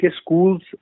schools